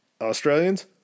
Australians